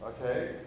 Okay